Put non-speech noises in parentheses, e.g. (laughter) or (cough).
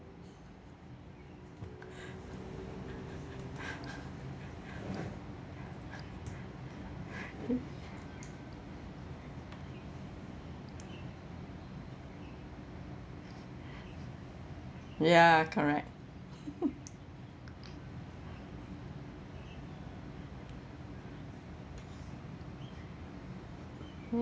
(laughs) ya correct (laughs)